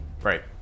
Right